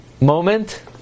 moment